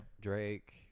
Drake